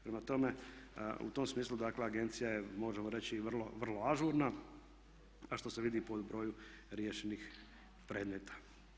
Prema tome, u tom smislu, dakle agencija je možemo reći vrlo ažurna a što se vidi po broju riješenih predmeta.